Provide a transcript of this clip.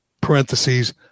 parentheses